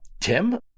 Tim